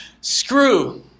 screw